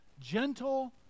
gentle